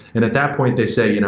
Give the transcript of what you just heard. and at that point they say, you know